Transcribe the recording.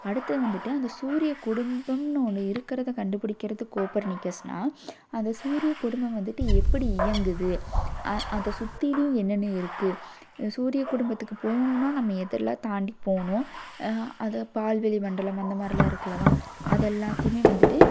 அடுத்தது வந்துட்டு அந்த சூரியக்குடும்பம்னு ஒன்று இருக்கிறத கண்டுபிடிக்குறது கோப்பர்நிக்கஸ்னால் அந்த சூரியக்குடும்பம் வந்துட்டு எப்படி இயங்குது அதை சுற்றிலையும் என்னென்ன இருக்குது சூரியக்குடும்பத்துக்கு போகணும்னா நம்ம எதெல்லாம் தாண்டி போகணும் அதை பால்வெளி மண்டலம் அந்தமாதிரிலாம் இருக்கல்லவா அதெல்லாத்தையுமே வந்துட்டு